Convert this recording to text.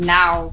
now